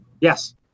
yes